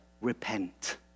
repent